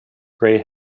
grey